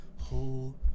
whole